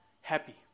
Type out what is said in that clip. happy